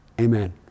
Amen